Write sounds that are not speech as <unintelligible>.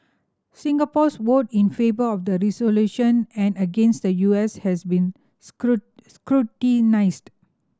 Singapore's vote in favour of the resolution and against the U S has been <unintelligible> scrutinised